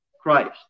Christ